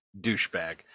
Douchebag